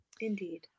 Indeed